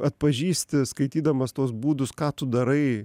atpažįsti skaitydamas tuos būdus ką tu darai